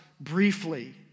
briefly